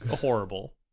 Horrible